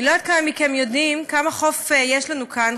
אני לא יודעת כמה מכם יודעים כמה חוף יש לנו כאן.